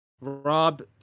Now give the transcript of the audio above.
Rob